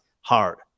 hard